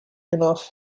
enough